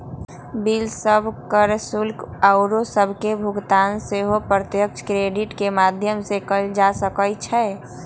bill सभ, कर, शुल्क आउरो सभके भुगतान सेहो प्रत्यक्ष क्रेडिट के माध्यम से कएल जा सकइ छै